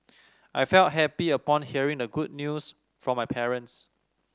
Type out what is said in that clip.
I felt happy upon hearing the good news from my parents